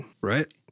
right